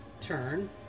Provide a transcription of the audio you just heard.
turn